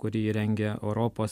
kurį įrengia europos